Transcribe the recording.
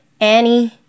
Annie